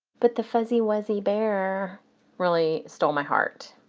but the fuzzy wuzzy bear really stole my heart.